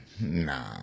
Nah